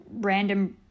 random